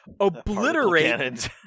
obliterate